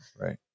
Right